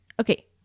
okay